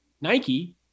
Nike